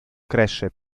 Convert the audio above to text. cresce